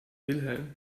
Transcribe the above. wilhelm